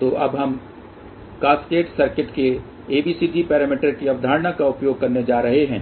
तो अब हम कास्केड सर्किट के ABCD पैरामीटर की अवधारणा का उपयोग करने जा रहे हैं